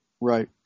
Right